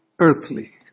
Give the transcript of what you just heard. earthly